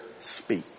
speak